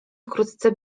wkrótce